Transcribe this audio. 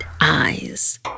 eyes